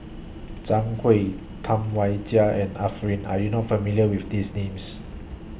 Zhang Hui Tam Wai Jia and Arifin Are YOU not familiar with These Names